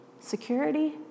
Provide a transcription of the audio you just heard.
security